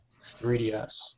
3DS